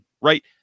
Right